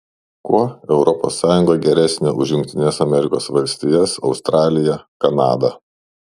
kuo europos sąjunga geresnė už jungtines amerikos valstijas australiją kanadą